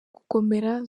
gukomera